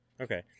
Okay